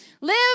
Live